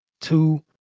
two